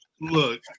Look